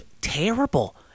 terrible